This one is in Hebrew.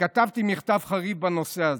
כתבתי מכתב חריף בנושא הזה.